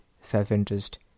self-interest